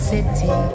City